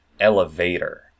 elevator